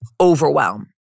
overwhelm